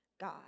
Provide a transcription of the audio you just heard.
God